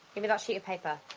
gimme that sheet of paper.